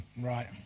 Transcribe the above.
Right